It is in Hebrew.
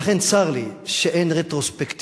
ולכן, צר לי שאין רטרוספקטיבה